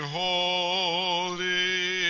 holy